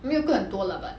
没有贵很多啦 but